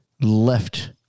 left